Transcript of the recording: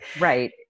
right